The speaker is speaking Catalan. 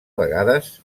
vegades